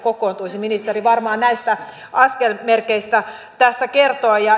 ministeri varmaan näistä askelmerkeistä tässä kertoo